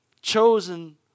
Chosen